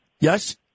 Yes